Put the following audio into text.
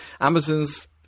amazon's